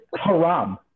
haram